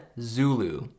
Zulu